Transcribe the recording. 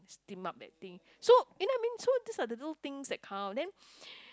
steam up that thing so you know what I mean so these are the little things that count then